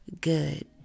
good